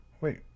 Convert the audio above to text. Wait